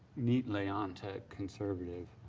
neatly onto conservative